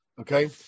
Okay